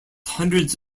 hundreds